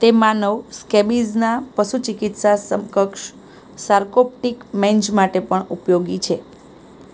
તે માનવ સ્કેબિઝના પશુચિકિત્સા સમકક્ષ સાર્કોપ્ટિક મેન્જ માટે પણ ઉપયોગી છે